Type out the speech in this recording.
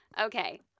Okay